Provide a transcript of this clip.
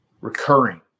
recurring